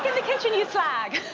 the kitchen you slag,